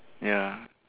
ya